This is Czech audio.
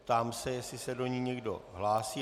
Ptám se, jestli se do ní někdo hlásí.